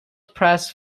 press